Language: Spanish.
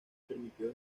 permitió